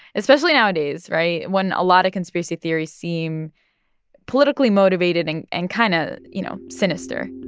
especially nowadays right? when a lot of conspiracy theories seem politically motivated and and kind of, you know, sinister.